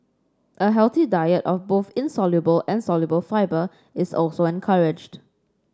a healthy diet of both insoluble and soluble fibre is also encouraged